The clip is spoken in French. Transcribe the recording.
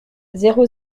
zéro